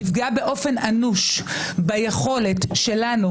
תפגע באופן אנוש ביכולת שלנו